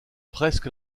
presque